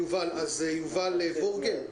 יובל וורגן,